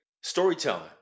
storytelling